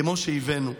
כמו שהבאנו,